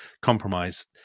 compromise